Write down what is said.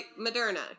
Moderna